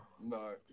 No